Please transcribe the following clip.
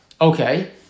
Okay